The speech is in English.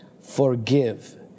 forgive